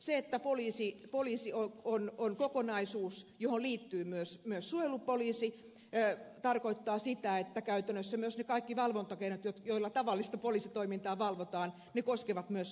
se että poliisi on kokonaisuus johon liittyy myös suojelupoliisi tarkoittaa sitä että käytännössä ne kaikki valvontakeinot joilla tavallista poliisitoimintaa valvotaan koskevat myös suojelupoliisia